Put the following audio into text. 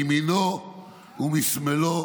מימינו ומשמאלו,